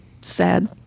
sad